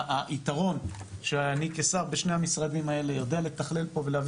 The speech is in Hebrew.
היתרון שאני כשר בשני המשרדים האלה יודע לתכלל פה ולהביא